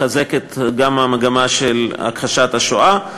מתחזקת גם המגמה של הכחשת השואה.